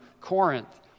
Corinth